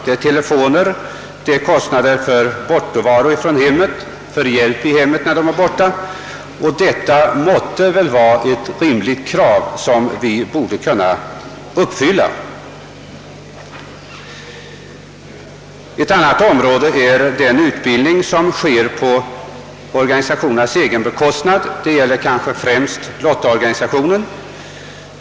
Det är kostnader för resor, telefon, bortovaro från hemmet och för hjälp i hemmet när de är borta. Detta måtte väl vara ett rimligt krav som vi både kan och bör uppfylla! Ett annat område är den utbildning av s.k. B-personal som ges på organisationernas egen bekostnad. Denna torde ha sin största omfattning inom lottaorganisationen.